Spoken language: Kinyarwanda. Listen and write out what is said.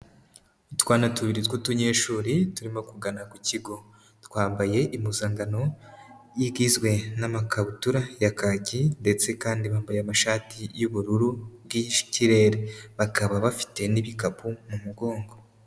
Utwana tubiri tw'utunyeshuri turimo kugana ku kigo, twambaye impuzankano igizwe n'amakabutura ya kaki ndetse kandi bambaye amashati y'ubururu bw'ikirere, bakaba bafite n'ibikapu mu mugongo.